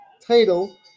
title